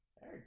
hey